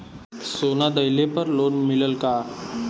सोना दहिले पर लोन मिलल का?